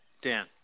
Dan